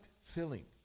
filling